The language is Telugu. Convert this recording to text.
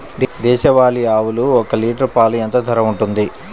దేశవాలి ఆవులు ఒక్క లీటర్ పాలు ఎంత ధర ఉంటుంది?